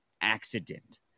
accident